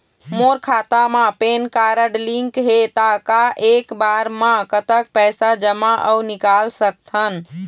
मोर खाता मा PAN card link हे ता एक बार मा कतक पैसा जमा अऊ निकाल सकथन?